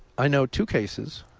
i know two cases.